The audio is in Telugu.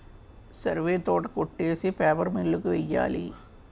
సరివే తోట కొట్టేసి పేపర్ మిల్లు కి వెయ్యాలి